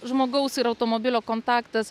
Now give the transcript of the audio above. žmogaus ir automobilio kontaktas